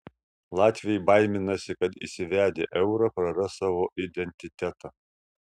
latviai baiminasi kad įsivedę eurą praras savo identitetą